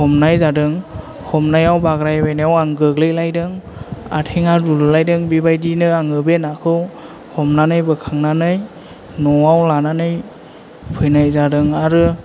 हमनाय जादों हमनायाव बाग्रायलायनायाव आं गोग्लैलायदों आथेंआ दुलुलायदों बेबायदिनो आङो बे नाखौ हमनानै बोखांनानै नआव लानानै फैनाय जादों आरो